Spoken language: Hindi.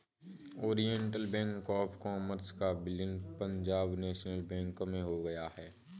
ओरिएण्टल बैंक ऑफ़ कॉमर्स का विलय पंजाब नेशनल बैंक में हो गया है